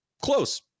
close